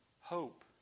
hope